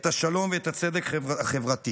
את השלום ואת הצדק החברתי,